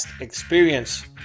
experience